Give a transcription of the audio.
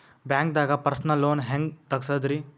ಬ್ಯಾಂಕ್ದಾಗ personal loan ಹೆಂಗ್ ತಗ್ಸದ್ರಿ?